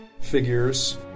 figures